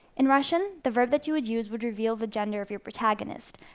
in russian, the word that you would use would reveal the gender of your protagonist.